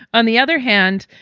on the other hand,